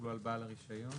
שיחולו על בעל הרישיון?